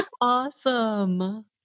Awesome